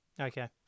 Okay